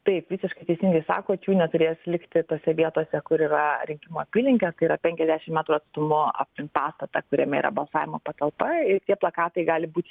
taip visiškai teisingai sakot jų neturės likti tose vietose kur yra rinkimų apylinkės tai yra penkiasdešim metrų atstumu aplink pastatą kuriame yra balsavimo patalpa ir tie plakatai gali būt